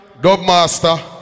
Dubmaster